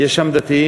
יש שם דתיים,